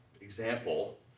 example